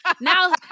Now